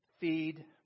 feed